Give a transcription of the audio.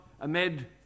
amid